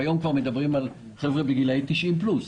והיום כבר מדברים על חבר'ה בגילאי 90 פלוס.